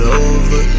over